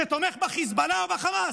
שתומך בחיזבאללה או בחמאס?